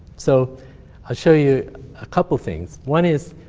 so i'll show you a couple of things. one is,